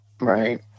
Right